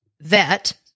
Vet